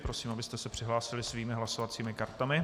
Prosím, abyste se přihlásili svými hlasovacími kartami.